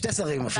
שני שרים אפילו.